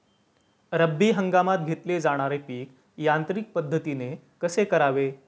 रब्बी हंगामात घेतले जाणारे पीक यांत्रिक पद्धतीने कसे करावे?